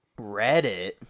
Reddit